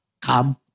come